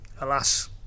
alas